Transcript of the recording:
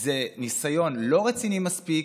זה ניסיון לא רציני מספיק,